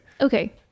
Okay